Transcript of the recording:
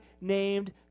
named